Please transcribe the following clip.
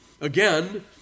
Again